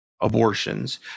abortions